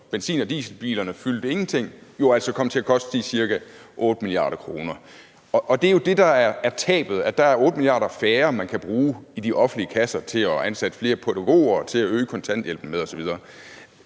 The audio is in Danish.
benzin- og dieselbilerne ingenting fyldte, jo altså komme til at koste de ca. 8 mia. kr. Og det er jo det, der er tabet, nemlig at der er 8 mia. kr. færre, man kan bruge i de offentlige kasser til at ansætte flere pædagoger og til at øge kontanthjælpen med osv.